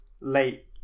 late